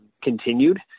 continued